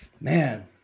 Man